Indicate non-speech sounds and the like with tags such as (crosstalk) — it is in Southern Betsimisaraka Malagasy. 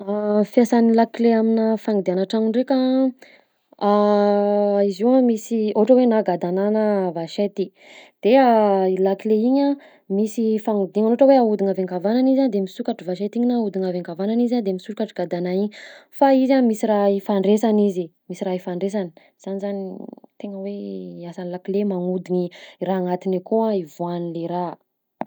(hesitation) Fiasan'ny lakle aminà fanidiàna tragno ndraika a: (hesitation) izy io a misy ohatra hoe na gadana na vachette, de (hesitation) i lakle igny a misy fagnodignana ohatra hoe ahodigna avy an-kavanana izy a de misokatra vachette igny na ahodigna avy an-kavanana izy ade misokatra gadana igny; fa izy a misy raha ifandraisana izy, misy raha ifandraisana, zany zany tegna hoe asan'ny lakle magnodiny raha agnatiny akao ivoahan'le raha.